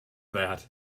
that